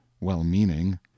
well-meaning